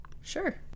Sure